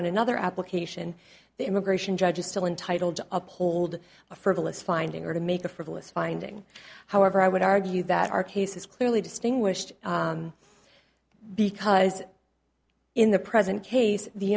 on another application the immigration judge is still entitled to uphold a frivolous finding or to make a frivolous finding however i would argue that our case is clearly distinguished because in the present case the